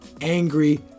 angry